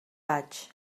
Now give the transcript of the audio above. vaig